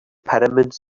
pyramids